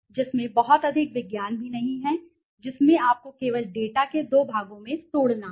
जिसमें बहुत अधिक विज्ञान भी नहीं है है जिसमें आपको केवल डेटा को दो भागों में तोड़ना है